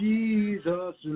Jesus